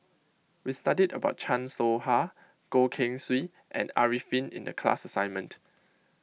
we studied about Chan Soh Ha Goh Keng Swee and Arifin in the class assignment